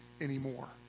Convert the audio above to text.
anymore